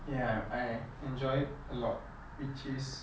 ya I enjoy a lot which is